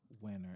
winner